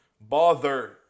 Bother